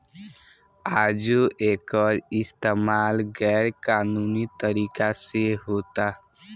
आजो एकर इस्तमाल गैर कानूनी तरीका से होता